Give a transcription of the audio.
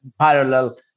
parallel